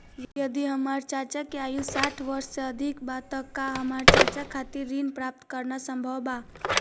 यदि हमार चाचा के आयु साठ वर्ष से अधिक बा त का हमार चाचा के खातिर ऋण प्राप्त करना संभव बा?